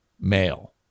male